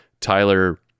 Tyler